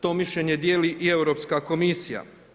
To mišljenje dijeli i Europska komisija.